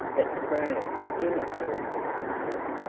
but pray do not do it for my sake.